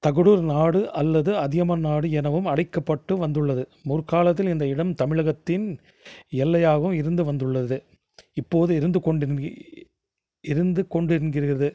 தகுடூர் நாடு அல்லது அதியமான் நாடு எனவும் அழைப்பட்டு வந்துள்ளது முற்காலத்தில் இந்த இடம் தமிழகத்தின் எல்லையாகவும் இருந்து வந்துள்ளது இப்போது இருந்து கொண்டு இருந்து கொண்டுங்கிறது